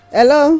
Hello